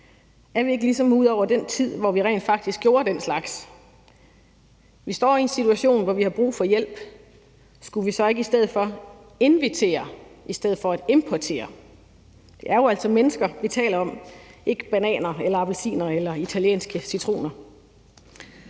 Er vi ikke ligesom ud over den tid, hvor vi rent faktisk gjorde den slags. Vi står i en situation, hvor vi har brug for hjælp. Skulle vi så ikke i stedet for invitere i stedet for at importere? Det er jo altså mennesker, vi taler om – det er ikke bananer eller appelsiner eller italienske citroner.